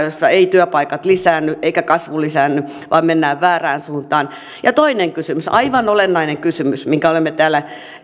jossa työpaikat eivät lisäänny eikä kasvu lisäänny vaan mennään väärään suuntaan toinen kysymys aivan olennainen kysymys minkä olemme täällä